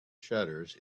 shutters